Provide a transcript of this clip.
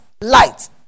light